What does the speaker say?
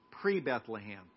pre-Bethlehem